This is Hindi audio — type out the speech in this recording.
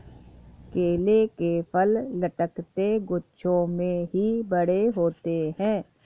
केले के फल लटकते गुच्छों में ही बड़े होते है